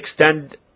extend